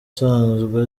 usanzwe